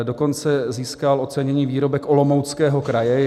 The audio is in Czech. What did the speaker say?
Dokonce získal ocenění Výrobek Olomouckého kraje.